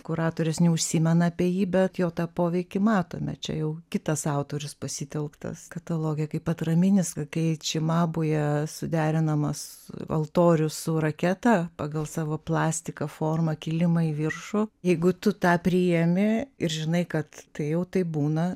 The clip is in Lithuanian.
kuratorius neužsimena apie jį bet jo tą poveikį matome čia jau kitas autorius pasitelktas kataloge kaip atraminis kai čimabuje suderinamas altorius su raketa pagal savo plastiką formą kilimą į viršų jeigu tu tą priimi ir žinai kad tai jau taip būna